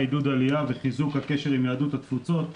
עידוד עלייה וחיזוק הקשר עם יהדות התפוצות,